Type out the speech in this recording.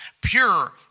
pure